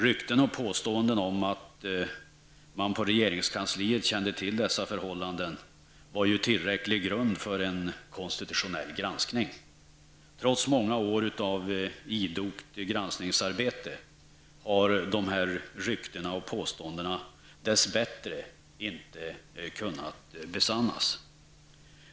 Rykten och påståenden om att man på regeringskansliet kände till dessa förhållanden var ju en tillräcklig grund för en konstitutionell granskning. Trots många år av idogt granskningsarbete har dessa rykten och påståenden dess bättre inte besannats.